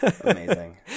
Amazing